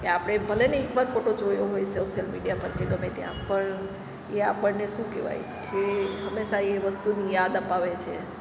કે આપણે ભલેને એક વાર ફોટો જોયો હોય સોસ્યલ મીડિયા પર કે ગમે ત્યાં પર એ આપણને શું કહેવાય કે હંમેશાં એ વસ્તુની યાદ અપાવે છે